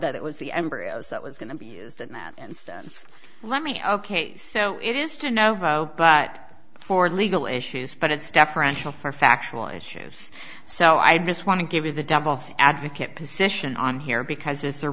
that it was the embryos that was going to be used in that instance let me ok so it is to novo but for legal issues but it's deferential for factual issues so i just want to give you the devil's advocate position on here because this